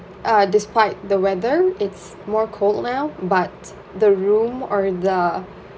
uh despite the weather it's more cold now but the room or the